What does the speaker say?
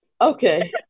okay